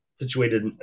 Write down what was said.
situated